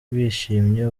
bishimye